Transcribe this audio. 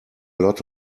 lot